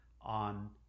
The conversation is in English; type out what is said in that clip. on